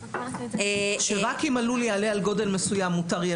רק אם הלול יעלה על גודל מסוים מותר יהיה